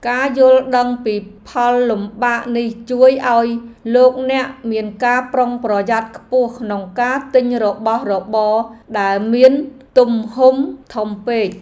ការយល់ដឹងពីផលលំបាកនេះជួយឱ្យលោកអ្នកមានការប្រុងប្រយ័ត្នខ្ពស់ក្នុងការទិញរបស់របរដែលមានទំហំធំពេក។